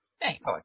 Thanks